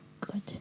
good